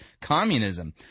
communism